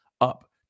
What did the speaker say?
up